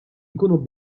nkunu